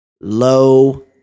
Low